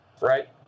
right